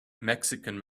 mexican